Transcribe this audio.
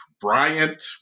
Bryant